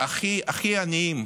הכי הכי עניים,